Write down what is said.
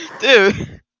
dude